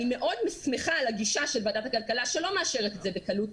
אני מאוד שמחה על הגישה של ועדת הכלכלה שלא מאשרת את זה בקלות,